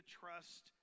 trust